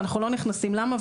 ואנחנו לא נכנסים למה,